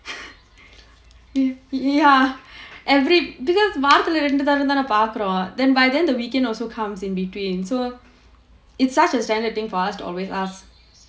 ya every because வாரத்துல ரெண்டு நாளு தானே பார்க்குறோம்:vaarathula rendu naalu thaanae paarkkurom then by then the weekend also comes in between so is such a standard thing for us to always ask